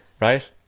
right